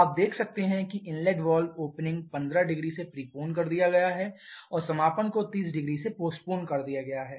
आप देख सकते हैं कि इनलेट वाल्व ओपनिंग 150 से प्रीपोन कर दिया गया है और समापन को 300 से पोस्टपोन कर दिया गया है